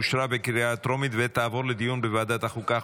אושרה בקריאה טרומית ותעבור לדיון בוועדת החוקה,